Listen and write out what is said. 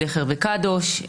בלכר וקדוש.